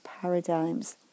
paradigms